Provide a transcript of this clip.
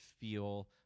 feel